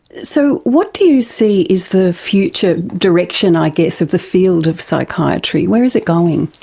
so what do you see is the future direction, i guess, of the field of psychiatry? where is it going?